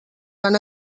van